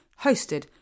hosted